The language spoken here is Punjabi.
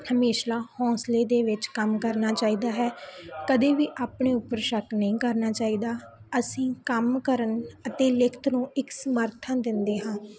ਹਮੇਸ਼ਾ ਹੌਂਸਲੇ ਦੇ ਵਿੱਚ ਕੰਮ ਕਰਨਾ ਚਾਹੀਦਾ ਹੈ ਕਦੇ ਵੀ ਆਪਣੇ ਉੱਪਰ ਸ਼ੱਕ ਨਹੀਂ ਕਰਨਾ ਚਾਹੀਦਾ ਅਸੀਂ ਕੰਮ ਕਰਨ ਅਤੇ ਲਿਖਤ ਨੂੰ ਇੱਕ ਸਮਰਥਨ ਦਿੰਦੇ ਹਾਂ